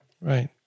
Right